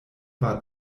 war